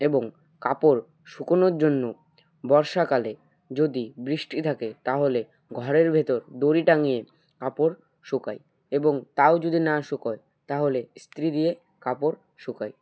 এবং কাপড় শুকোনোর জন্য বর্ষাকালে যদি বৃষ্টি থাকে তাহলে ঘরের ভেতর দড়ি টাঙিয়ে কাপড় শুকাই এবং তাও যদি না শুকায় তাহলে ইস্তিরি দিয়ে কাপড় শুকাই